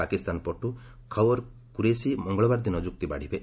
ପାକିସ୍ତାନ ପଟୁ ଖୱର୍ କୁରେସି ମଙ୍ଗଳବାର ଦିନ ଯୁକ୍ତି ବାଢ଼ିବେ